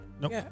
Nope